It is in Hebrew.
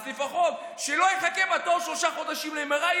אז לפחות שלא יחכה בתור שלושה חודשים ל-MRI,